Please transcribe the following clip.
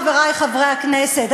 חברי חברי הכנסת,